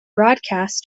broadcasts